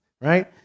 right